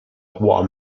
roi